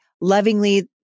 lovingly